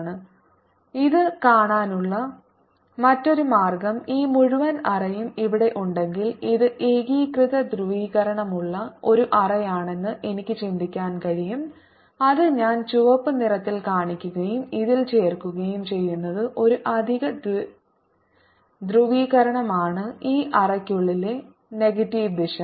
E P30zFor inner cavity dipole of P 4π3R13Pz ഇത് കാണാനുള്ള മറ്റൊരു മാർഗ്ഗം ഈ മുഴുവൻ അറയും ഇവിടെ ഉണ്ടെങ്കിൽ ഇത് ഏകീകൃത ധ്രുവീകരണമുള്ള ഒരു അറയാണെന്ന് എനിക്ക് ചിന്തിക്കാൻ കഴിയും അത് ഞാൻ ചുവപ്പ് നിറത്തിൽ കാണിക്കുകയും അതിൽ ചേർക്കുകയും ചെയ്യുന്നത് ഒരു അധിക ധ്രുവീകരണമാണ് ഈ അറയ്ക്കുള്ളിലെ നെഗറ്റീവ് ദിശ